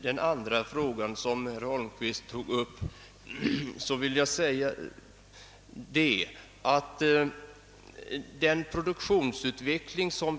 Den andra fråga som statsrådet Holmqvist tog upp gällde produktionsutvecklingen.